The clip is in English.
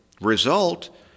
result